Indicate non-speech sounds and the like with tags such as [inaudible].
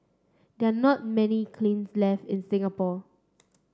there are not many [unintelligible] left in Singapore